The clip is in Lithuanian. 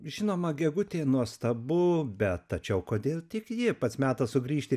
žinoma gegutė nuostabu bet tačiau kodėl tik ji pats metas sugrįžti